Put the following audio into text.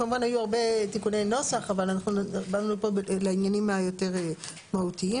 כמובן היו הרבה תיקוני נוסח אבל אנחנו באנו לפה לעניינים היותר מהותיים.